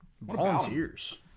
Volunteers